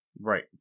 Right